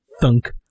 thunk